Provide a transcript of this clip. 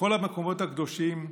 בכל המקומות הקדושים,